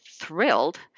thrilled